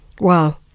Wow